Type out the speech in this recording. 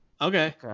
Okay